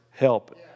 help